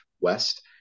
West